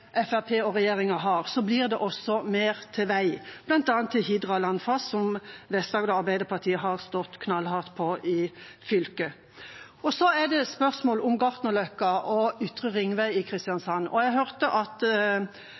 og regjeringa har, blir det også mer til vei, bl.a. til Hidra Landfast, som Vest-Agder Arbeiderparti har stått knallhardt på i fylket. Så er det spørsmål om Gartnerløkka og Ytre Ringvei i Kristiansand. Jeg hørte at